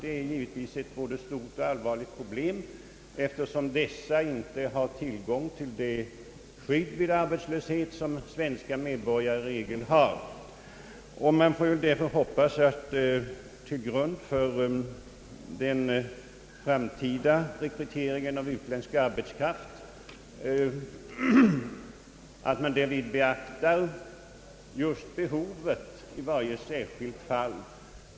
Detta är givetvis ett både stort och allvarligt problem, eftersom utlänningarna inte har tillgång till det skydd vid arbetslöshet som svenska medborgare i regel har. Man får därför hoppas att till grund för den framtida rekryteringen av utländsk arbetskraft måtte läggas behovet i varje särskilt fall.